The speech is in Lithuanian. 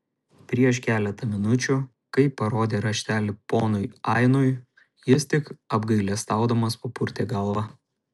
prieš keletą minučių kai parodė raštelį ponui ainui jis tik apgailestaudamas papurtė galvą